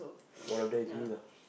whether is me lah